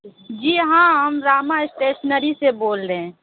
جی ہاں ہم راما اسٹیشنری سے بول رہے ہیں